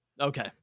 Okay